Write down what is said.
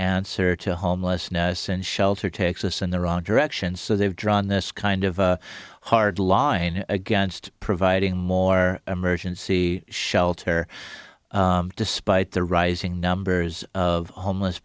answer to homelessness and shelter takes us in the wrong direction so they've drawn this kind of hard line against providing more emergency shelter despite the rising numbers of homeless